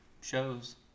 shows